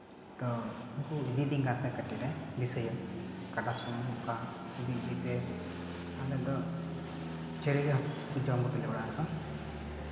ᱟᱫᱚ ᱩᱱᱠᱩ ᱤᱫᱤ ᱫᱤᱧ ᱠᱟᱱ ᱛᱟᱦᱮᱸᱜ ᱠᱟᱹᱴᱤᱡ ᱨᱮ ᱫᱤᱥᱟᱹᱭᱟᱹᱧ ᱠᱟᱰᱟ ᱥᱩᱱ ᱚᱠᱟ ᱤᱫᱤ ᱤᱫᱤᱛᱮ ᱟᱞᱮ ᱫᱚ ᱪᱮᱬᱮ ᱜᱮ ᱦᱟᱹᱠᱩ ᱠᱚᱠᱚ ᱡᱚᱢ ᱠᱚᱛᱟ ᱞᱮᱭᱟ ᱚᱲᱟᱜ ᱨᱮᱫᱚ